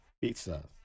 pizza